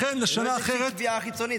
לכן לשנה אחרת -- זו לא איזו קביעה חיצונית,